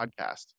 podcast